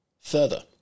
Further